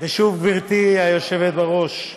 שוב, גברתי היושבת בראש,